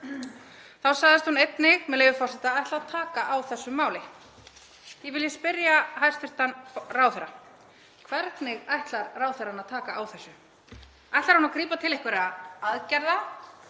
Þá sagðist hún einnig, með leyfi forseta, ætla að „taka á þessu“. Því vil ég spyrja hæstv. ráðherra: Hvernig ætlar ráðherrann að taka á þessu? Ætlar hann að grípa til einhverra aðgerða